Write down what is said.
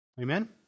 Amen